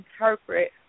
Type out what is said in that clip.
interpret